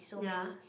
ya